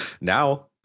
Now